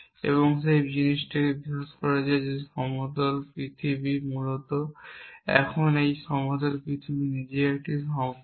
এবং যে জিনিসটি বিশ্বাস করা হয় তা হল সমতল পৃথিবী মূলত এখন কিন্তু সমতল পৃথিবী নিজেই একটি সম্পর্ক